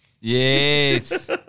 Yes